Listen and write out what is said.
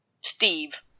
Steve